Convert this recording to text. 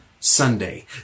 Sunday